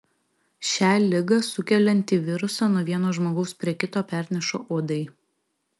šią ligą sukeliantį virusą nuo vieno žmogaus prie kito perneša uodai